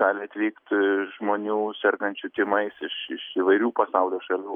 gali atvykt žmonių sergančių tymais iš iš įvairių pasaulio šalių